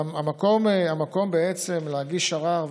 המקום להגיש ערר,